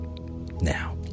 Now